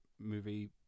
movie